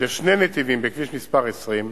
לשני נתיבים בכביש מס' 20,